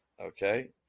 okay